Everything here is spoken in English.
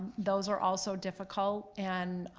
those are also difficult and